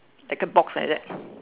like a box like that